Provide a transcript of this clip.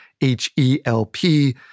H-E-L-P